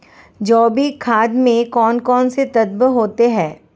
जैविक खाद में कौन कौन से तत्व होते हैं?